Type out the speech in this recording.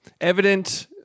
Evident